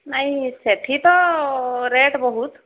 ନାଇଁ ସେଠି ତ ରେଟ୍ ବହୁତ